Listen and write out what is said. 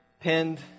Pinned